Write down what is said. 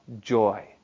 joy